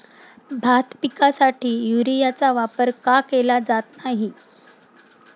भात पिकासाठी युरियाचा वापर का केला जात नाही?